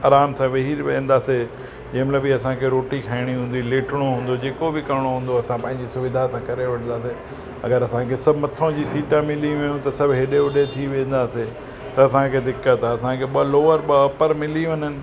आराम सां वेही वेंदासीं जंहिं महिल बि असांखे रोटी खाइणी हूंदी लेटणो हूंदो जेको बि करिणो हूंदो असां पंहिंजी सुविधा सां करे वठंदासीं अगरि असांखे सभु मथां जी सीटां मिली वयूं त सभु हेॾे होॾे थी वेंदासीं त असांखे दिक़त थिए असांखे ॿ लोवर ॿ अपर मिली वञनि